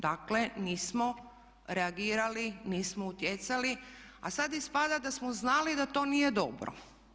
Dakle nismo reagirali, nismo utjecali a sad ispada da smo znali da to nije dobro.